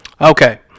okay